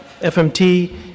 FMT